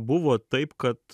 buvo taip kad